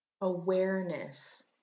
awareness